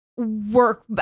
work